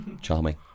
Charming